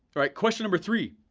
like question number three,